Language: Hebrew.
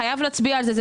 חייבים להצביע על זה.